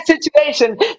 situation